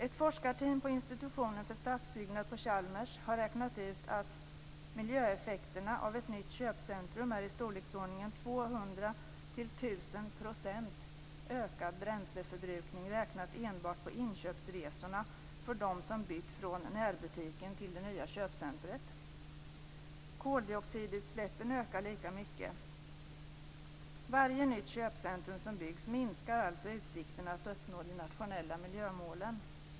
Ett forskarteam på Institutionen för stadsbyggnad på Chalmers har räknat ut att miljöeffekterna av ett nytt köpcentrum är i storleksordningen 200-1 000 % ökad bränsleförbrukning räknat enbart på inköpsresorna för dem som bytt från närbutiken till det nya köpcentrumet. Koldioxidutsläppen ökar lika mycket. Varje nytt köpcentrum som byggs minskar alltså utsikterna att uppnå de nationella miljömålen.